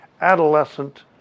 adolescent